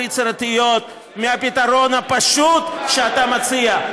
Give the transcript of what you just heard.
יצירתיות מהפתרון הפשוט שאתה מציע,